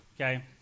okay